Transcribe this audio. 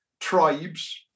tribes